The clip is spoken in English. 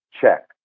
Check